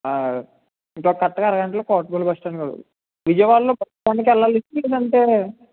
ఇంకో కరెక్ట్గా అరగంటలో కోటిపల్లి బస్ స్టాండ్లో విజయవాడలో బస్ స్టాండ్కి వెళ్ళాలి అండి లేదు అంటే